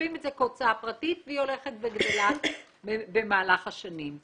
מחשבים את זה כהוצאה פרטית והיא הולכת וגדלה במהלך השנים,